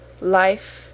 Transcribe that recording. life